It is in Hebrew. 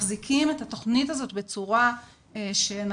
מחזיקים את התכנית הזאת בצורה שנוכל